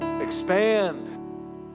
expand